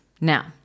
Now